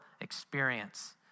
experience